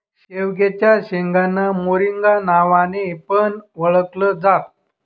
शेवग्याच्या शेंगांना मोरिंगा नावाने पण ओळखल जात